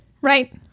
Right